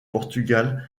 portugal